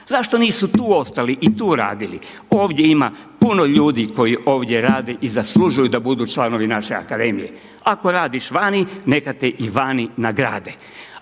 Zašto nisu tu ostali i tu radili? Ovdje ima puno ljudi koji ovdje rade i zaslužuju da budu članovi naše Akademije. Ako radiš vani neka te i vani nagrade.